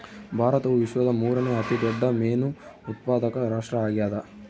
ಭಾರತವು ವಿಶ್ವದ ಮೂರನೇ ಅತಿ ದೊಡ್ಡ ಮೇನು ಉತ್ಪಾದಕ ರಾಷ್ಟ್ರ ಆಗ್ಯದ